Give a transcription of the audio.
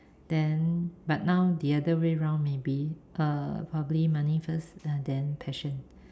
then but now the other way round maybe uh probably money first and then passion